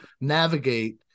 navigate